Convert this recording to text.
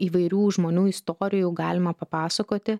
įvairių žmonių istorijų galima papasakoti